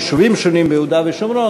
יישובים שונים ביהודה ושומרון,